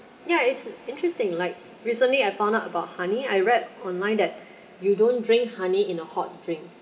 yeah it's interesting like recently I found out about honey I read online that you don't drink honey in a hot drink